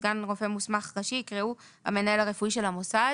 סגן רופא מוסמך ראשי' יקראו 'המנהל הרפואי של המוסד